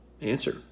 Answer